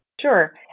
Sure